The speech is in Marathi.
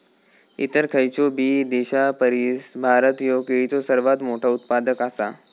इतर खयचोबी देशापरिस भारत ह्यो केळीचो सर्वात मोठा उत्पादक आसा